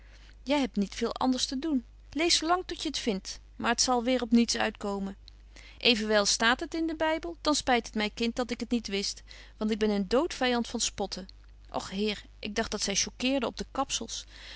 historie van mejuffrouw sara burgerhart te doen lees zo lang tot je het vindt maar t zal weer op niets uitkomen evenwel staat het in den bybel dan spyt het my kind dat ik het niet wist want ik ben een doodvyand van spotten och heer ik dagt dat zy choqueerde op de kapsels